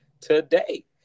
today